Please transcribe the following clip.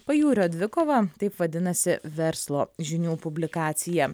pajūrio dvikova taip vadinasi verslo žinių publikacija